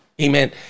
Amen